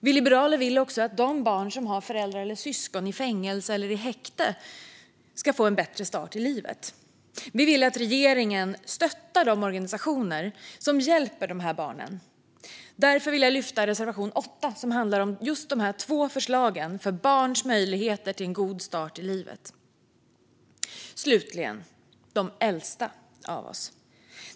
Vi liberaler vill också att de barn som har föräldrar eller syskon i fängelse eller häkte ska få en bättre start i livet, och vi vill att regeringen ska stötta organisationer som hjälper dessa barn. Därför vill jag lyfta fram reservation 8, som handlar om just dessa två förslag för barns möjlighet till en god start i livet. Slutligen har vi de äldsta av oss.